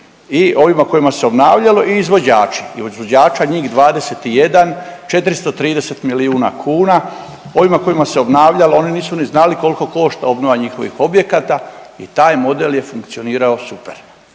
i ovima kojima se obnavljalo i izvođači. Izvođača, njih 21, 430 milijuna kuna, oni kojima se obnavljalo, oni nisu ni znali koliko košta obnova njihovih objekata i taj model je funkcionirao super.